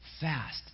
fast